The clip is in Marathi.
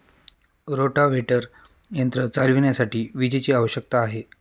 रोटाव्हेटर यंत्र चालविण्यासाठी विजेची आवश्यकता आहे